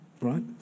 right